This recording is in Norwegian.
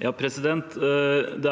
Det